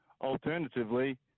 Alternatively